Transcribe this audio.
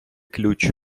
ключ